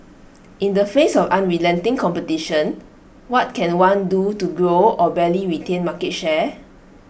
in the face of unrelenting competition what can one do to grow or barely retain market share